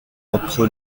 entre